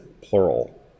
plural